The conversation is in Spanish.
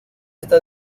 está